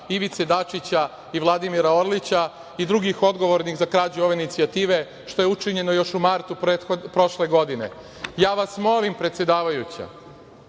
Ivice Dačića i Vladimira Orlića i drugih odgovornih za krađu ove inicijative, što je učinjeno još u martu prošle godine. Ja vas molim, predsedavajuća,